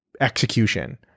execution